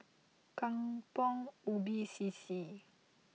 Kampong Ubi C C